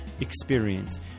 experience